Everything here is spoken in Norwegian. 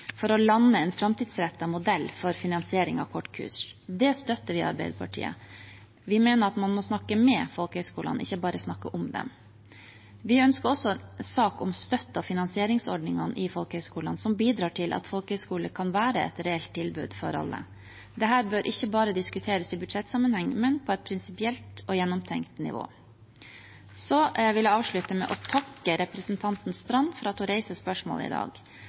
for å lande en framtidsrettet modell for finansiering av kortkurs. Det støtter vi i Arbeiderpartiet. Vi mener at man må snakke med folkehøyskolene, ikke bare snakke om dem. Vi ønsker også en sak om støtte- og finansieringsordningene i folkehøyskolene som bidrar til at folkehøyskolen kan være et reelt tilbud for alle. Dette bør ikke bare diskuteres i budsjettsammenheng, men på et prinsipielt og gjennomtenkt nivå. Så vil jeg avslutte med å takke representanten Knutsdatter Strand for at hun reiser spørsmålet i dag.